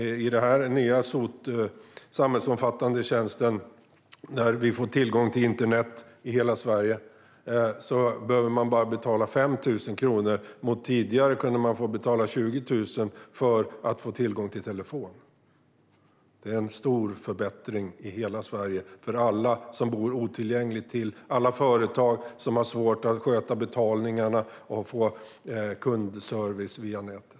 I den nya samhällsomfattande tjänsten, där man får tillgång till internet i hela Sverige, behöver man betala bara 5 000 kronor. Tidigare kunde man få betala 20 000 kronor för att få tillgång till telefon. Det är en stor förbättring i hela Sverige för alla som bor otillgängligt till och för alla företag som har svårt att sköta betalningarna och få kundservice via nätet.